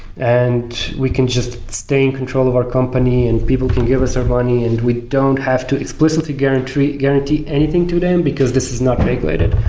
and we can just stay in control of our company and people can give us their money and we don't have to explicitly guarantee guarantee anything to them, because this is not regulated.